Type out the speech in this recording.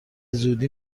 زودی